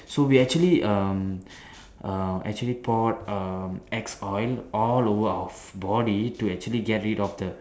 so we actually um um actually pour um axe oil all over our f~ body to actually get rid of the